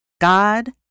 God